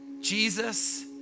Jesus